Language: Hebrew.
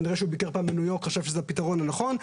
כנראה שהוא ביקר פעם בניו יורק וחשב שזה הפתרון הנכון.